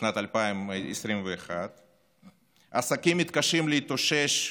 בשנת 2021. עסקים מתקשים להתאושש,